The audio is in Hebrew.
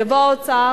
יבוא האוצר,